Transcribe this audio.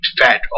Fat